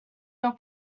your